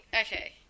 okay